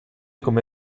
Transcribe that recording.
come